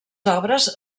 obres